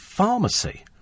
Pharmacy